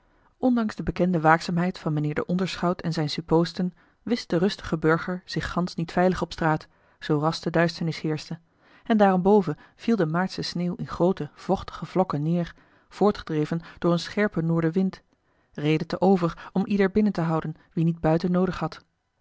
ondanks de bekende waakzaamheid van mijnheer den onderschout en zijne suppoosten wist de rustige burger zich gansch niet veilig op straat zoo ras de duisternis heerschte en daarenboven viel de maartsche sneeuw in groote vochte vlokken neêr voortgedreven door een scherpen noordenwind reden te over om ieder binnen te houden wie niet buiten noodig had